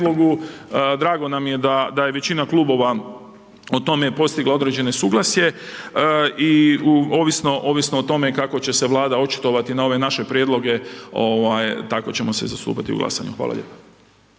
drago nam je da je većina klubova o tome postigla određeno suglasje i ovisno o tome kako će se Vlada očitovati na ove naše prijedloge, tako ćemo se zastupati u glasanju. Hvala lijepa.